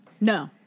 No